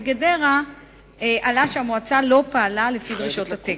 גדרה עלה שהמועצה לא פעלה לפי דרישות התקן.